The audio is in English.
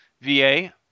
VA